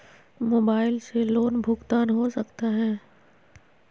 Mobile से loan भुगतान हो सकता है?